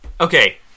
Okay